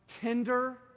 tender